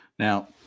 Now